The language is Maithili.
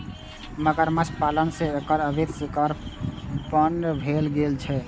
मगरमच्छ पालन सं एकर अवैध शिकार बन्न भए गेल छै